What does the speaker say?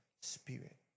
spirit